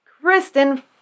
Kristen